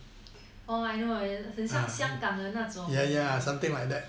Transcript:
oh I know 很像香港的那种